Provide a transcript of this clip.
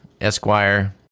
Esquire